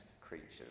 creatures